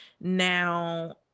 now